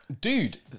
Dude